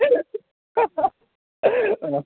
अँ